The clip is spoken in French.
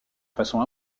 façon